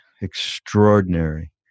extraordinary